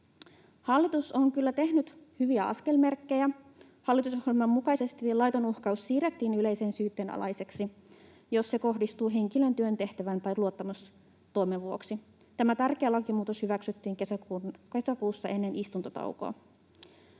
Hallitus on kyllä tehnyt hyviä askelmerkkejä. Hallitusohjelman mukaisesti laiton uhkaus siirrettiin yleisen syytteen alaiseksi, jos se kohdistuu henkilöön työntehtävän tai luottamustoimen vuoksi. Tämä tärkeä lakimuutos hyväksyttiin kesäkuussa ennen istuntotaukoa.